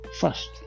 first